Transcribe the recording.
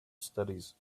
studies